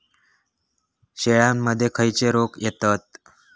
शेळ्यामध्ये खैचे रोग येतत?